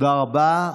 תודה רבה.